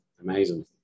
amazing